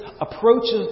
approaches